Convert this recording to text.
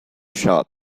shot